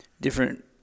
different